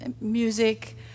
music